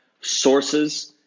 sources